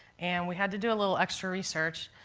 and we had to do a little extra research,